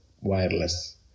Wireless